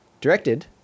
Directed